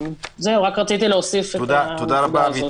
תודה רבה.